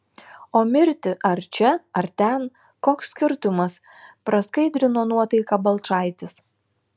o mirti ar čia ar ten koks skirtumas praskaidrino nuotaiką balčaitis